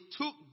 took